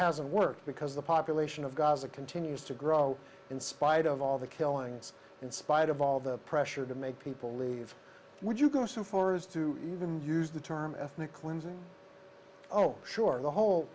hasn't worked because the population of gaza continues to grow in spite of all the killings in spite of all the pressure to make people leave would you go so far as to even use the term ethnic cleansing oh sure the whole